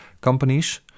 companies